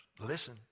listen